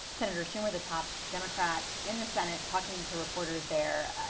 senator schummer, the top democrat in the senate talking to reporters there.